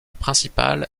principale